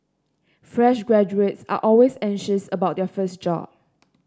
fresh graduates are always anxious about their first job